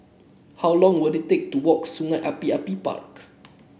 how long will it take to walk Sungei Api Api Park